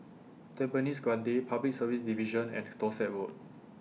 Tampines Grande Public Service Division and Dorset Road